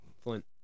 Flint